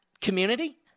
community